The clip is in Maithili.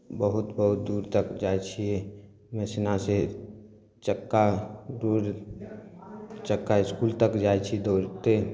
बहुत बहुत दूर तक जाइ छी मेहसनासँ चक्का दूर चक्का इसकुल तक जाइ छी दौड़ते